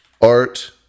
art